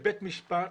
מבית משפט